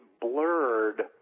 blurred